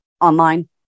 online